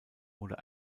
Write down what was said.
oder